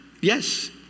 Yes